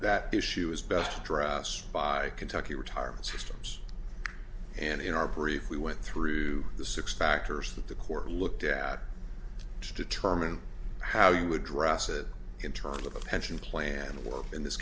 that issue is best dress by kentucky retirement systems and in our brief we went through the six factors that the court looked at to determine how you address it in terms of a pension plan work in this